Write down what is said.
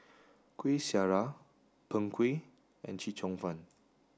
Kueh Syara Png Kueh and Chee Cheong Fun